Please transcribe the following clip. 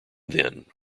then